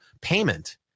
payment